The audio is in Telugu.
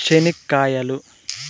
చెనిక్కాయలు